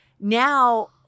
now